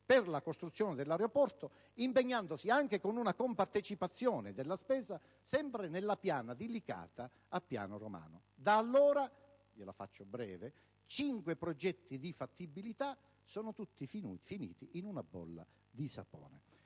per la costruzione dell'aeroporto, impegnandosi anche ad una compartecipazione alla spesa, sempre nella piana di Licata a Piano Romano. Da allora (la facciamo breve), cinque progetti di fattibilità sono tutti finiti in una bolla di sapone,